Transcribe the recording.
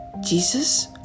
Jesus